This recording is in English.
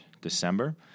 December